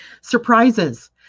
Surprises